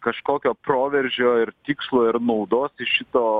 kažkokio proveržio ir tikslo ir naudos iš šito